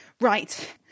Right